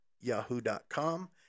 yahoo.com